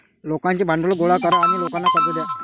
लोकांचे भांडवल गोळा करा आणि लोकांना कर्ज द्या